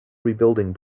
rebuilding